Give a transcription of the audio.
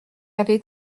avait